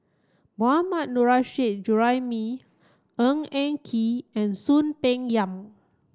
Mohammad Nurrasyid Juraimi Ng Eng Kee and Soon Peng Yam